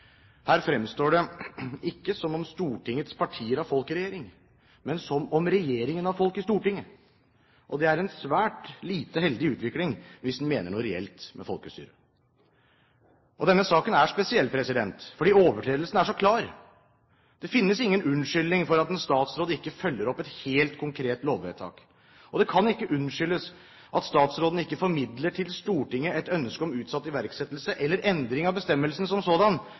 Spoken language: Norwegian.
Her fremstår det ikke som om Stortingets partier har folk i regjering, men som om regjeringen har folk i Stortinget. Det er en svært lite heldig utvikling hvis man mener noe reelt med folkestyre. Denne saken er spesiell fordi overtredelsen er så klar. Det finnes ingen unnskyldning for at en statsråd ikke følger opp et helt konkret lovvedtak. Og det kan ikke unnskyldes at statsråden ikke formidler til Stortinget et ønske om utsatt iverksettelse eller endring av bestemmelsen som sådan,